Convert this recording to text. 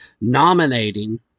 nominating